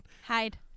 Hide